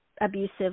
abusive